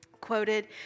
quoted